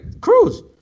Cruz